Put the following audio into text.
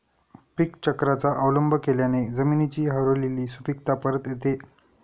पीकचक्राचा अवलंब केल्याने जमिनीची हरवलेली सुपीकता परत येते